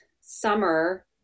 summer